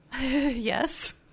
yes